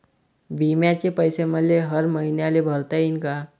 बिम्याचे पैसे मले हर मईन्याले भरता येईन का?